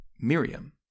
Miriam